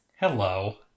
Hello